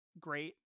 great